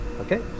okay